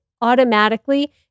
automatically